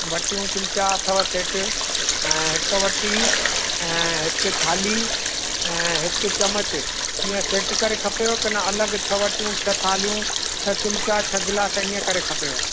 वटियूं चमचा अथव सेट ऐं हिकु वटी ऐं हिकु थाली ऐं हिकु चमचु ईअं सेट करे खपेव किनि अलॻि छ्ह वटियूं छह थाल्यूं छह चमचा छह ग्लास ईअं करे खपेव